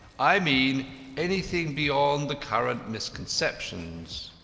i mean anything beyond the current misconceptions?